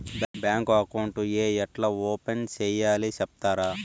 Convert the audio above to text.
Bank account ఏ ఎట్లా open సేయాలి సెప్తారా?